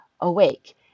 awake